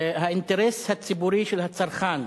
האינטרס הציבורי של הצרכן,